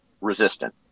resistant